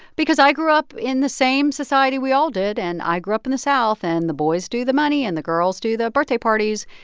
because i grew up in the same society we all did. and i grew up in the south. and the boys do the money, and the girls do the birthday parties.